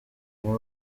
niyo